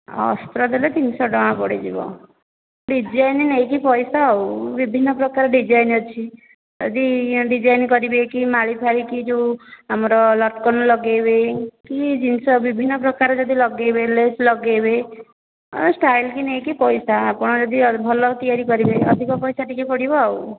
ଅସ୍ତ୍ର ଦେଲେ ତିନିଶ ଟଙ୍କା ପଡ଼ିଯିବ ଡିଜାଇନ୍ ନେଇକି ପଇସା ଆଉ ବିଭିନ୍ନପ୍ରକାର ଡିଜାଇନ୍ ଅଛି ଯଦି ଡିଜାଇନ୍ କରିବେ କି ମାଳୀ ଫାଳି କି ଯେଉଁ ଲଟ୍କନ୍ ଲଗେଇବେ କି ଜିନିଷ ବିଭିନ୍ନପ୍ରକାର ଯଦି ଲଗାଇବେ ଲେସ୍ ଲଗାଇବେ ଷ୍ଟାଇଲ୍ କି ନେଇକି ପଇସା ଆପଣ ଯଦି ଭଲ ତିଆରି କରିବେ ଅଧିକ ପଇସା ଟିକିଏ ପଡ଼ିବ ଆଉ